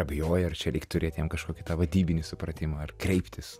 abejoja ar čia reik turėt jam kažkokį tą vadybinį supratimą ar kreiptis